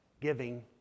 giving